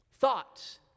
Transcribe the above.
Thoughts